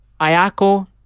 Ayako